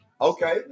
Okay